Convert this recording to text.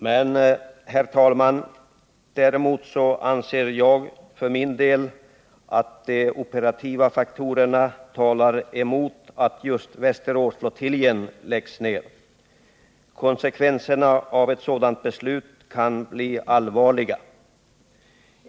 Men, herr talman, däremot anser jag för min del att de operativa faktorerna talar emot att just Västeråsflottiljen läggs ner. Konsekvenserna av ett sådant beslut kan bli allvarliga.